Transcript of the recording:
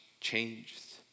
changed